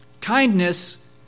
Kindness